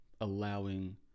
allowing